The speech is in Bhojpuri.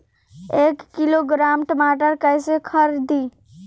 एक किलोग्राम टमाटर कैसे खरदी?